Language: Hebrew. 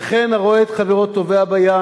וכן הרואה את חברו טובע בים,